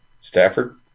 Stafford